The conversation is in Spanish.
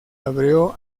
abrió